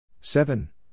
Seven